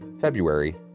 February